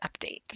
update